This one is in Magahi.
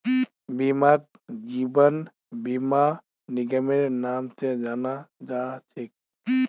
बीमाक जीवन बीमा निगमेर नाम से जाना जा छे